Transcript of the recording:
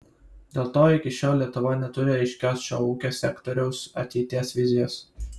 dėl to iki šiol lietuva neturi aiškios šio ūkio sektoriaus ateities vizijos